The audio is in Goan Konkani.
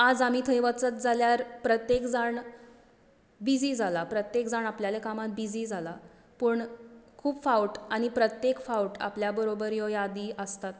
आज आमी थंय वचत जाल्यार प्रत्येक जाण बिजी जाला प्रत्येक जाण आपणाल्या कामान बिजी जाला पूण खूब फावट आनी प्रत्येक फावट आपल्या बरोबर ह्यो यादी आसतात